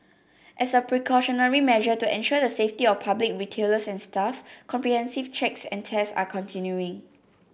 as a precautionary measure to ensure the safety of public retailers and staff comprehensive checks and tests are continuing